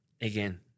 again